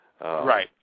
Right